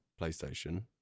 playstation